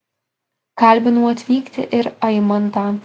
kalbinau atvykti ir aimantą